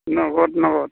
नगद नगद